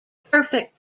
perfect